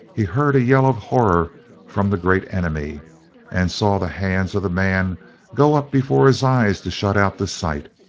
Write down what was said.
he heard a yell of horror from the great enemy and saw the hands of the man go up before his eyes to shut out the sight.